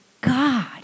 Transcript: God